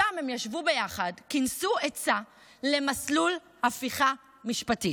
שם הם ישבו ביחד, טיכסו עצה למסלול הפיכה משפטית,